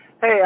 Hey